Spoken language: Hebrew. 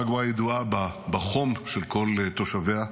פרגוואי ידועה בחום של כל תושביה.